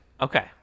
Okay